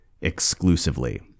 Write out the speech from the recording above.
exclusively